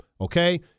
okay